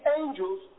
angels